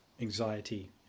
anxiety